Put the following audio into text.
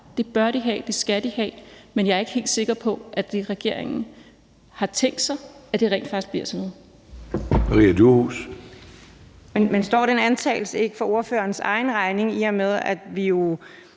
Det bør de have, det skal de have, men jeg er ikke helt sikker på, at regeringen har tænkt sig, at det rent faktisk skal blive til noget.